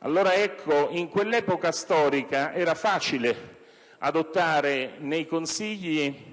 Ecco allora che in quell'epoca storica era facile adottare nei Consigli